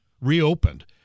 reopened